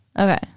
Okay